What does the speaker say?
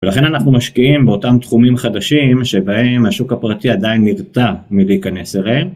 ולכן אנחנו משקיעים באותם תחומים חדשים שבהם השוק הפרטי עדיין נרתע מלהיכנס אליהם.